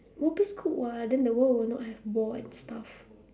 world peace good [what] then the world would not have war and stuff